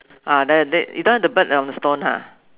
uh there the you don't have the bird on the stone lah